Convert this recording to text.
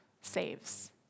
saves